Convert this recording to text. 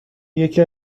یکی